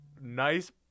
nice